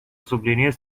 subliniez